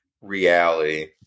reality